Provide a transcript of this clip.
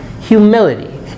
humility